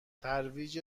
ترویج